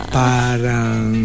parang